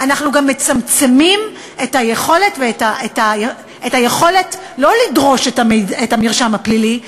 אנחנו גם מצמצמים את היכולת לא לדרוש את המרשם הפלילי,